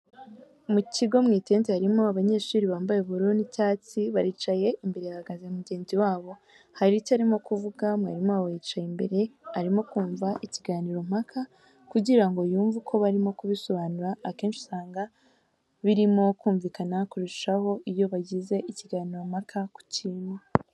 Mu kigo mu itente, harimo abanyeshuri bambaye ubururu n'icyatsi, baricaye imbere hahagaze mugenzi wabo, hari icyo arimo kuvuga, mwarimu wabo yicaye imbere arimo kumva ikiganirompaka kugira ngo yumve uko barimo kubisobanura, akenshi usanga birimo kumvikana kurushaho iyo bagize ikiganirompaka ku kintu.